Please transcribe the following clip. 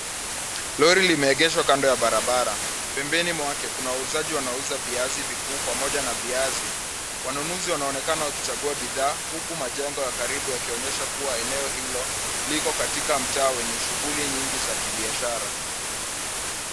Lori limeegeshwa kando ya barabara pembeni mwake kunawauzaji wanauza viazi vikuu pamoja na viazi. Wanunuzi wanaonekana wakichagua bidhaa huku majengo ya karibu yanaonyesha kuwa eneo hilo liko katika mitaa lenye shughuli nyingi la kibiashara.